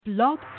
Blog